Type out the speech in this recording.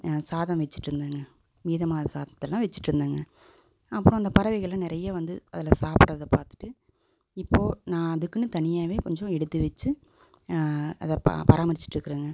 சாதம் வச்சிட்டுருந்தங்க மீதமான சாதத்தைலாம் வச்சிட்டுருந்தங்க அப்பறம் அந்த பறவைகள்லாம் வந்து நிறைய வந்து அதில் சாப்பிட்டத பார்த்துட்டு இப்போது நான் அதுக்குனு தனியாக கொஞ்சம் எடுத்து வச்சி அதை ப பராமரிச்சிட்டுருக்குறங்க